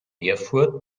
erfurt